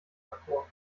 davor